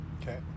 Okay